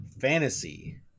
fantasy